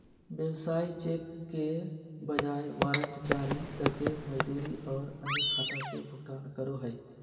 व्यवसाय चेक के बजाय वारंट जारी करके मजदूरी और अन्य खाता के भुगतान करो हइ